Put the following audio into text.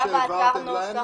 באתר היה נוסח.